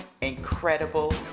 incredible